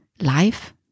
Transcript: life